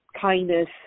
kindness